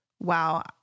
wow